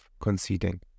conceding